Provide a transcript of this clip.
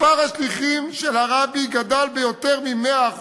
מספר השליחים של הרבי גדל ביותר מ-100%.